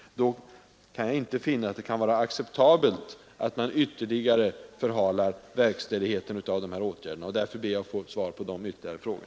Då kan jag inte finna att det är acceptabelt att man ytterligare förhalar verkställigheten av dessa åtgärder. Därför ber jag att få svar på mina följdfrågor.